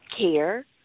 care